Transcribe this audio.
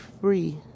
free